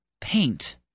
Paint